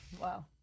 Wow